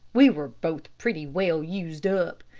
we were both pretty well used up.